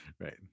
right